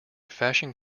fashion